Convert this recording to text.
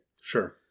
Sure